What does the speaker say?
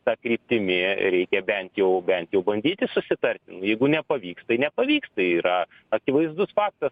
ta kryptimi reikia bent jau bent jau bandyti susitart jeigu nepavyks tai nepavyks tai yra akivaizdus faktas